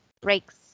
breaks